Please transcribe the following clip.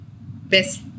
best